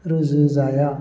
रुजु जाया